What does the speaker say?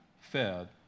fed